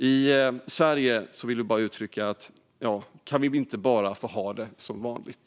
När det gäller Sverige vill jag uttrycka: Kan vi inte bara få ha det som vanligt?